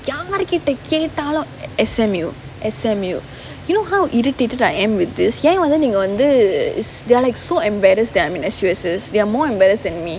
யாரு கிட்ட கேட்டாலும்:yaaru kitta kettaalum S_M_U S_M_U you know how irritated I am with this so வந்து நீங்க வந்து:vanthu neenga vanthu they are like so embarrassed that I am in S_U_S_S they are more embarrassed than me